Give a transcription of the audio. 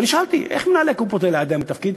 ואני שאלתי: איך מנהלי הקופות האלה עדיין בתפקיד?